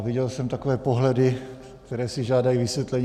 Viděl jsem takové pohledy, které si žádají vysvětlení.